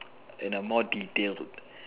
in a more detailed